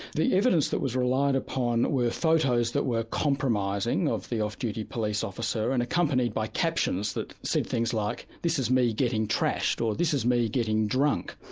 the evidence that was relied upon were photos that were compromising of the off-duty police officer and accompanied by captions that said things like, this is me getting trashed, or this is me getting drunk.